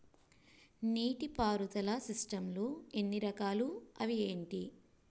నీటిపారుదల సిస్టమ్ లు ఎన్ని రకాలు? అవి ఏంటి?